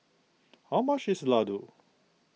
how much is Ladoo